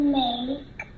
make